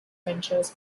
ventures